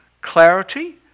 clarity